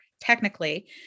technically